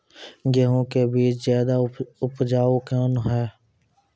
गेहूँ के बीज ज्यादा उपजाऊ कौन है?